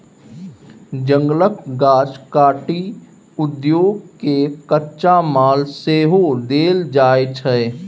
जंगलक गाछ काटि उद्योग केँ कच्चा माल सेहो देल जाइ छै